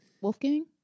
wolfgang